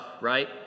right